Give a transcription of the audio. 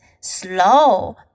Slow